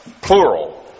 plural